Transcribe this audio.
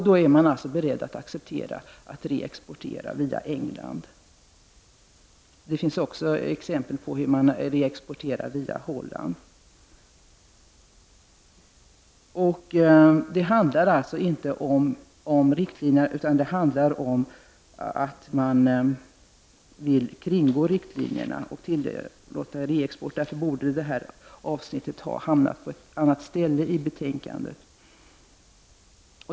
Då var man alltså beredd att reexportera via England. Det finns också exempel på reexport via Holland. Det handlade alltså inte om riktlinjer utan om att man ville kringgå riktlinjerna och tillåta reexport. Därför borde det här avsnittet ha hamnat på ett annat ställe i betänkandet.